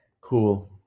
Cool